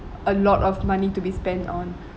a lot of money to be spent on